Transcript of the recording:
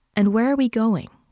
and where are we going?